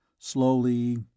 Slowly